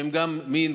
שהן מין,